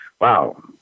wow